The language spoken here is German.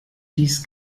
dies